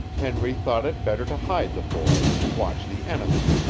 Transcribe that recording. henry thought it better to hide the boy and watch the enemy.